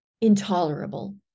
intolerable